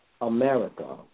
America